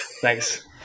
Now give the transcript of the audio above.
Thanks